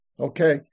Okay